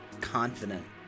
confident